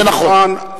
זה נכון.